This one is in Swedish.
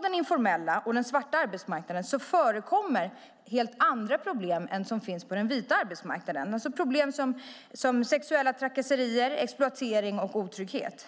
den informella och den svarta arbetsmarknaden förekommer helt andra problem än de som finns på den vita arbetsmarknaden, alltså problem som sexuella trakasserier, exploatering och otrygghet.